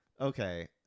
Okay